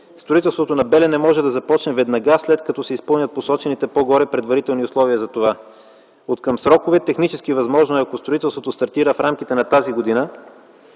Строителството на „Белене” може да започне веднага след като се изпълнят посочените по-горе предварителни условия за това. Откъм срокове – технически възможно е ако строителството стартира в рамките на тази година,